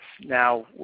now